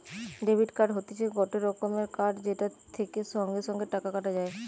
debit card হতিছে গটে রকমের কার্ড যেটা থেকে সঙ্গে সঙ্গে টাকা কাটা যায়